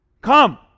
Come